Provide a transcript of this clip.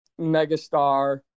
megastar